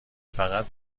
فقط